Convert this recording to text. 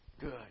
good